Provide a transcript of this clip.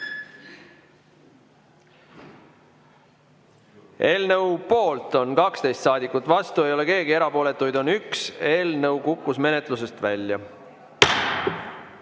Eelnõu poolt on 12 saadikut, vastu ei ole keegi, erapooletuid on 1. Eelnõu kukkus menetlusest välja. Tänane